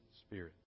spirit